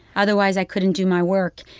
otherwise i couldn't do my work.